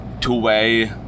Two-way